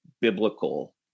biblical